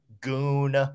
goon